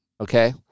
okay